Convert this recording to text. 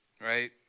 right